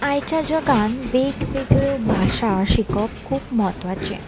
आयच्या जगान वेगवेगळ्यो भाशा शिकप खूब म्हत्वाचें